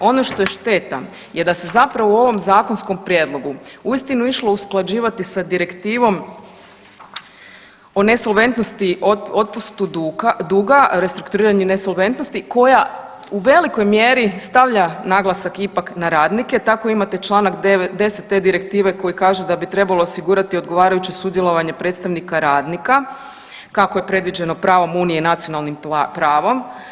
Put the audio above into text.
Ono što je šteta da se zapravo u ovom zakonskom prijedlogu uistinu išlo usklađivati sa direktivom o nesolventnosti, otpustu duga, restrukturiranje nesolventnosti koja u velikoj mjeri stavlja naglasak ipak na radnike, tako imate čl. 10 te Direktive koji kaže da bi trebalo osigurati odgovarajuće sudjelovanje predstavnika radnika, kako je predviđeno pravom Unije i nacionalnim pravom.